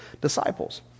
disciples